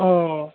अ